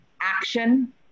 action